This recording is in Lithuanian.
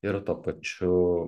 ir tuo pačiu